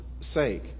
sake